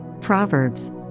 Proverbs